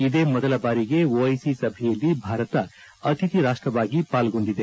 ಇದೇ ಮೊದಲ ಬಾರಿಗೆ ಒಐಸಿ ಸಭೆಯಲ್ಲಿ ಭಾರತ ಅತಿಥಿ ರಾಷ್ಷವಾಗಿ ಪಾಲ್ಗೊಂಡಿದೆ